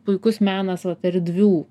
puikus menas vat erdvių